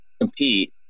compete